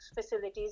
facilities